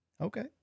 Okay